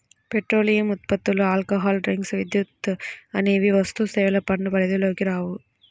petroleum ఉత్పత్తులు, alcohol drinks, విద్యుత్ అనేవి వస్తుసేవల పన్ను పరిధిలోకి రావు